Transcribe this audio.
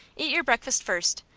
eat your breakfast first,